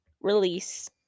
release